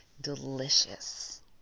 delicious